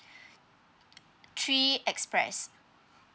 three express